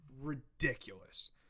ridiculous